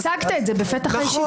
אתה הצגת את זה בפתח הישיבה.